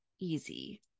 easy